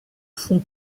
fond